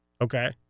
Okay